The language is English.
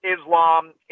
Islam